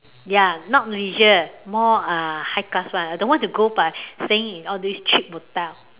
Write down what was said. ya not leisure more uh high class [one] I don't want to go but staying in all this cheap hotel